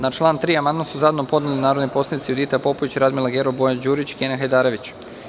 Na član 3. amandman su zajedno podneli narodni poslanici Judita Popović, Radmila Gerov, Bojan Đurić i Kenan Hajdarević.